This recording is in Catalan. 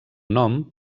nom